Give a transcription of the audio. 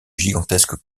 gigantesque